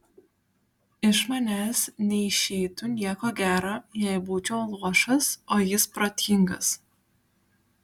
iš manęs neišeitų nieko gero jei būčiau luošas o jis protingas